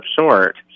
short